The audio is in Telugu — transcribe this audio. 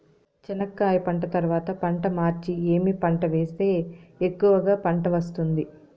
చెనక్కాయ పంట తర్వాత పంట మార్చి ఏమి పంట వేస్తే ఎక్కువగా పంట వస్తుంది?